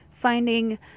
finding